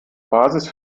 basis